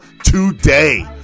today